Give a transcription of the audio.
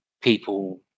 people